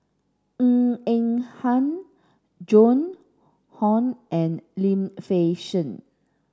Ng Eng Hen Joan Hon and Lim Fei Shen